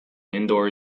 indoor